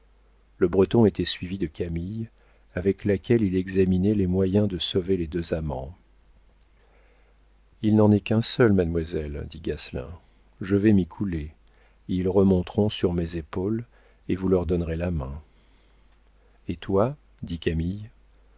le breton était suivi de camille avec laquelle il examinait les moyens de sauver les deux amants il n'en est qu'un seul mademoiselle dit gasselin je vais m'y couler ils remonteront sur mes épaules et vous leur donnerez la main et toi dit